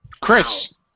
Chris